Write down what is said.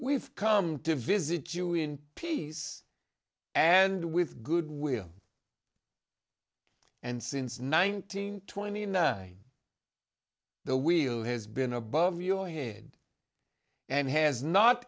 we've come to visit you in peace and with good will and since nineteen twenty nine the wheel has been above your head and has not